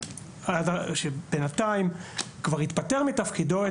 שבינתיים כבר התפטר מתפקדו,